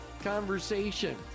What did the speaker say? conversation